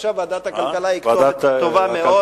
מצדי, בבקשה, ועדת הכלכלה היא טובה מאוד.